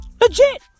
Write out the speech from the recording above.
Legit